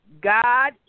God